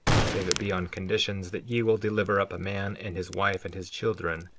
save it be on conditions that ye will deliver up a man and his wife and his children,